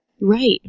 Right